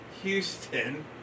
Houston